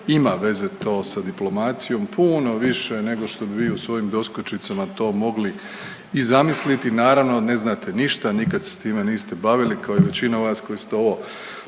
ima veze to sa diplomacijom puno više nego što bi vi u svojim doskočicama to mogli i zamisliti, naravno ne znate ništa, nikad se s time niste bavili kao i većina vas koji ste ovo